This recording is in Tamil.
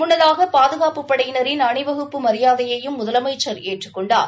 முன்னதாக பாதுகாப்புப் படையினரின் அணிவகுப்பு மரியாதையையும் முதலமைச்சர் ஏற்றுக் கொண்டார்